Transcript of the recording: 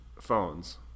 phones